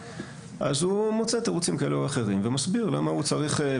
אז הוא מוצא תירוצים כאלו או אחרים ומסביר למה הוא צריך,